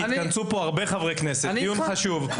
התכנסו פה הרבה חברי כנסת לדיון חשוב,